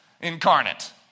incarnate